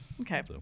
Okay